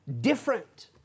different